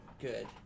good